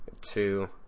two